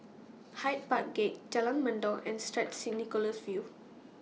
Hyde Park Gate Jalan Mendong and Street Nicholas View